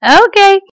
Okay